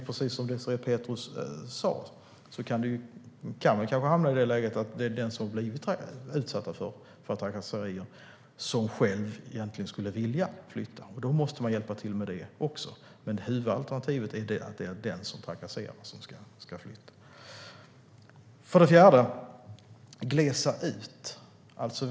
Precis som Désirée Pethrus sa kan man kanske hamna i läget att den som har blivit utsatt för trakasserier själv skulle vilja flytta, och då måste man hjälpa till med det också. Men huvudalternativet är att det är den som trakasserar som ska flytta. För det fjärde handlar det om att glesa ut.